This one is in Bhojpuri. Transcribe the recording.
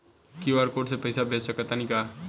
क्यू.आर कोड से पईसा भेज सक तानी का?